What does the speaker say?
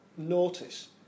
Notice